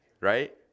right